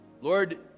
Lord